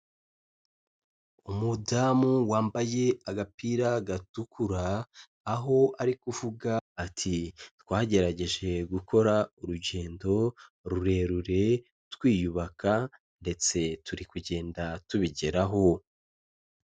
Umudamu wambaye agapira gatukura, aho ari kuvuga ati: "Twagerageje gukora urugendo rurerure, twiyubaka ndetse turi kugenda tubigeraho."